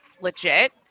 legit